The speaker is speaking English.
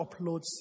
uploads